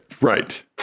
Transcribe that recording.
Right